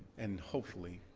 and hopefully,